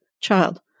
Child